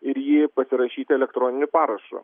ir jį pasirašyti elektroniniu parašu